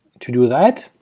to do that,